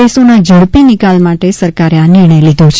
કેસોના ઝડપી નિકાલ માટે સરકારે આ નિર્ણય લીધો છે